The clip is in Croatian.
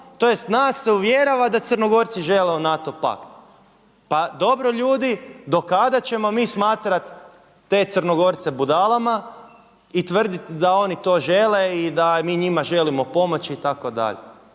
tj. nas se uvjerava da Crnogorci žele u NATO pakt. Pa dobro ljudi do kada ćemo mi smatrati te Crnogorce budalama i tvrditi da oni to žele i da mi njima želimo pomoći itd.